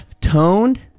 toned